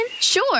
Sure